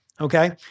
Okay